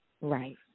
Right